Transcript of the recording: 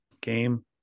game